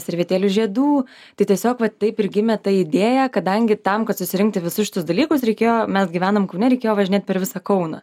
servetėlių žiedų tai tiesiog va taip ir gimė ta idėja kadangi tam kad susirinkti visus šitus dalykus reikėjo mes gyvenam kaune reikėjo važinėt per visą kauną